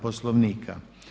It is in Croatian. Poslovnika.